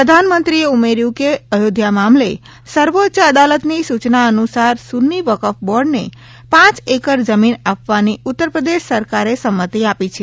પ્રધાનમંત્રીએ ઉમેર્યું કે અયોધ્યા મામલે સર્વોચ્ય અદાલતની સૂચના અનુસાર સુન્ની વકફ બોર્ડને પાંચ એકર જમીન આપવાની ઉત્તર પ્રદેશ સરકારે સંમતિ આપી છે